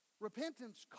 Repentance